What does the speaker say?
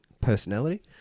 personality